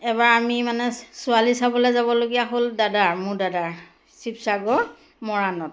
এবাৰ আমি মানে ছোৱালী চাবলে যাবলগীয়া হ'ল দাদাৰ মোৰ দাদাৰ ছিৱছাগৰ মৰাণত